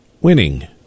winning